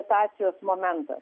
situacijos momentas